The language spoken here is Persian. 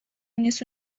نیست